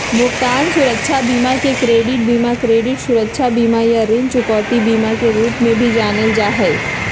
भुगतान सुरक्षा बीमा के क्रेडिट बीमा, क्रेडिट सुरक्षा बीमा, या ऋण चुकौती बीमा के रूप में भी जानल जा हई